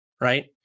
right